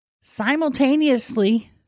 simultaneously